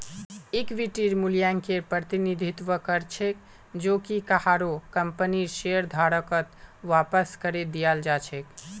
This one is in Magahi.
इक्विटीर मूल्यकेर प्रतिनिधित्व कर छेक जो कि काहरो कंपनीर शेयरधारकत वापस करे दियाल् जा छेक